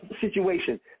situation